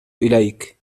إليك